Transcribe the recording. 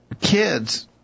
kids